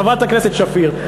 חברת הכנסת שפיר,